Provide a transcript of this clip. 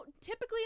Typically